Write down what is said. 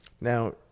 Now –